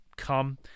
come